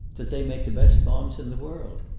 that they make the best bombs in the world.